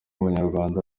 abanyarwanda